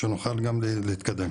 שנוכל גם להתקדם.